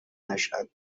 نشات